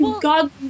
God